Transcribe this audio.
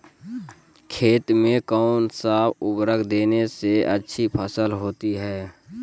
खेत में कौन सा उर्वरक देने से अच्छी फसल होती है?